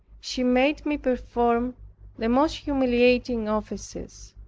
she made me perform the most humiliating offices.